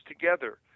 together